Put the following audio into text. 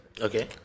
Okay